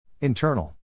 Internal